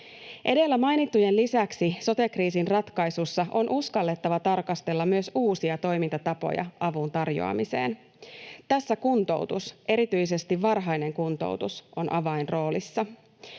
Edellä mainittujen lisäksi sote-kriisin ratkaisussa on uskallettava tarkastella myös uusia toimintatapoja avun tarjoamiseen. Tässä kuntoutus, erityisesti varhainen kuntoutus, on avainroolissa.